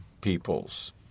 peoples